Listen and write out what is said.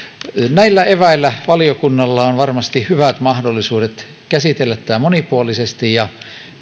näillä eväillä valiokunnalla on varmasti hyvät mahdollisuudet käsitellä tämä monipuolisesti ja